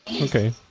okay